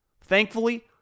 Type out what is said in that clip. Thankfully